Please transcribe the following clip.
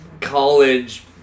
college